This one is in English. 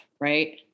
Right